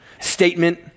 statement